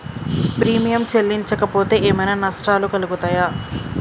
Premium చెల్లించకపోతే ఏమైనా నష్టాలు కలుగుతయా?